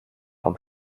vom